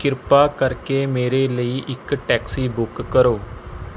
ਕਿਰਪਾ ਕਰਕੇ ਮੇਰੇ ਲਈ ਇੱਕ ਟੈਕਸੀ ਬੁੱਕ ਕਰੋ